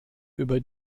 über